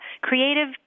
creative